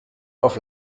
auf